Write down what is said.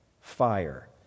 fire